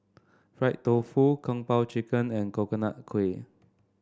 Fried Tofu Kung Po Chicken and Coconut Kuih